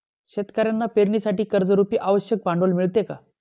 शेतकऱ्यांना पेरणीसाठी कर्जरुपी आवश्यक भांडवल मिळते का?